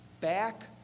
back